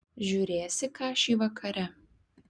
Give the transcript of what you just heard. žiūrėsi kašį vakare